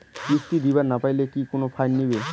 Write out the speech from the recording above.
কিস্তি দিবার না পাইলে কি কোনো ফাইন নিবে?